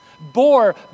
bore